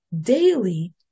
daily